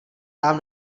nám